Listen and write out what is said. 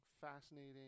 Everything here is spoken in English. fascinating